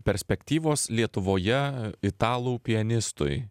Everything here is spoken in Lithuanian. perspektyvos lietuvoje italų pianistui